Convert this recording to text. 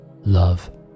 love